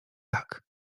tak